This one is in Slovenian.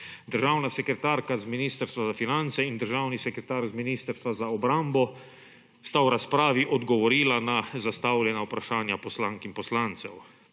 Državna sekretarka z Ministrstva za finance in državni sekretar z Ministrstva za obrambo sta v razpravi odgovorila na zastavljena vprašanja poslank in poslancev.